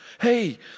Hey